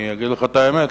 אני אגיד לך את האמת,